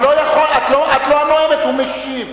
את לא הנואמת, הוא משיב.